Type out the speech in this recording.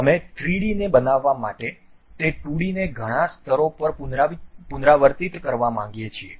અમે 3D ને બનાવવા માટે તે 2D ને ઘણા સ્તરો પર પુનરાવર્તિત કરવા માંગીએ છીએ